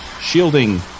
shielding